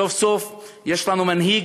סוף-סוף יש לנו מנהיג,